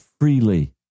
freely